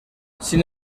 sin